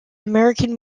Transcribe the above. american